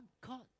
God